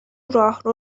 راهرو